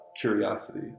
curiosity